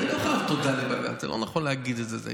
אני לא חייב תודה לבג"ץ, זה לא נכון להגיד את זה.